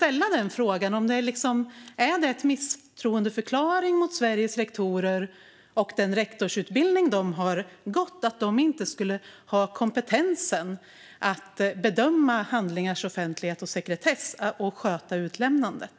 Är det en misstroendeförklaring mot Sveriges rektorer och den rektorsutbildning de har gått? Skulle de inte ha kompetensen att bedöma handlingars offentlighet och sekretess och sköta utlämnandet?